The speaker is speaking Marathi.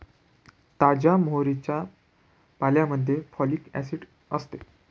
ताज्या मोहरीच्या पाल्यामध्ये फॉलिक ऍसिड असते